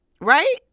Right